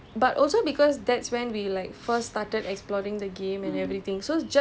four hours ya so